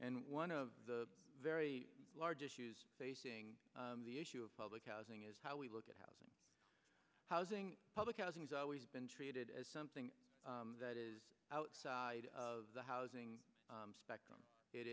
and one of the very large issues facing the issue of public housing is how we look at housing housing public housing has always been treated as something that is outside of the housing spectrum it